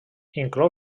inclou